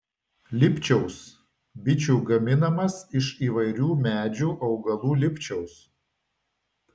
lipčiaus bičių gaminamas iš įvairių medžių augalų lipčiaus